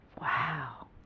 Wow